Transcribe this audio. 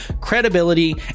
credibility